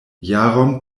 jaron